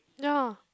ya